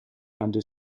under